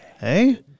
Hey